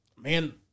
man